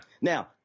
Now